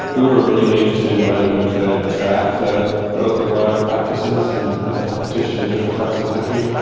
we were really interested in whether we could track the growth of large practices and the competition in different parts of the country.